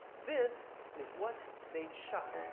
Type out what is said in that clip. this is what they'd shot.